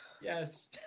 yes